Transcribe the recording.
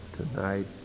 Tonight